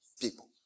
people